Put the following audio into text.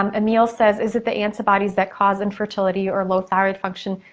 um emile says, is it the antibodies that cause infertility or low thyroid function?